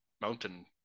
mountain